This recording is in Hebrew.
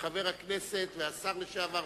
וחבר הכנסת והשר לשעבר,